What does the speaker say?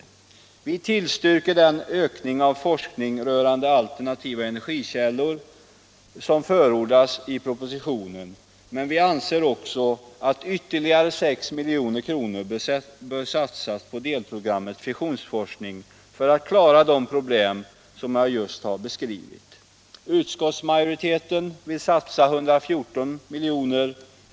Vi tillstyrker den ökning av forskningen rörande alternativa energikällor som förordas i propositionen, men vi anser också att ytterligare 6 milj.kr. bör satsas på delprogrammet Nr 107 Fissionsforskning för att klara de problem som jag just har beskrivit. Torsdagen den Utskottsmajoriteten vill satsa 114 milj.kr.